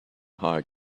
high